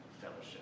fellowship